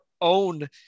own